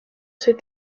ces